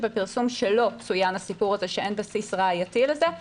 שבפרסום שלו צוין הסיפור הזה שאין בסיס ראייתי לזה,